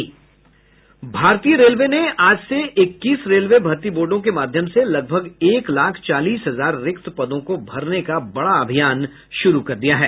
भारतीय रेलवे ने आज से इक्कीस रेलवे भर्ती बोर्डो के माध्यम से लगभग एक लाख चालीस हजार रिक्त पदों को भरने का बड़ा अभियान शुरू कर दिया है